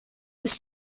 was